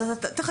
אז את תחכי.